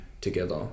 together